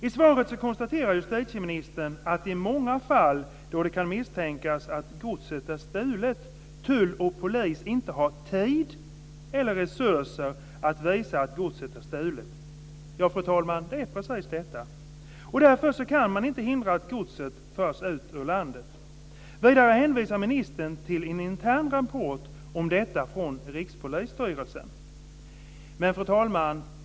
I svaret konstaterar justitieministern att i många fall, då det kan misstänkas att godset är stulet, tull och polis inte har tid eller resurser att visa att godset är stulet. Det är precis det jag vill ta upp, fru talman. Därför kan man inte hindra att godset förs ut ur landet. Vidare hänvisar ministern till en intern rapport från Rikspolisstyrelsen. Fru talman!